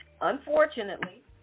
Unfortunately